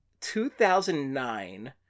2009